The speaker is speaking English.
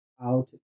out